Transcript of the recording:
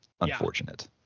unfortunate